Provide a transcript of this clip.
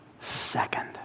second